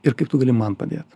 ir kaip tu gali man padėt